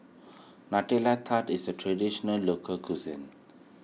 Nutella Tart is a Traditional Local Cuisine